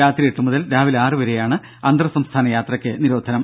രാത്രി എട്ട് മുതൽ രാവിലെ ആറ് വരെയാണ് അന്തർ സംസ്ഥാന യാത്രയ്ക്ക് നിരോധനം